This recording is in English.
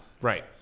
Right